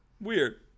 Weird